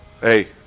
hey